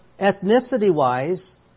ethnicity-wise